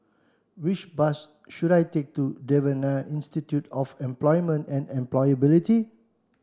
which bus should I take to Devan Nair Institute of Employment and Employability